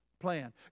plan